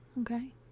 Okay